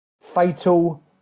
fatal